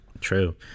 True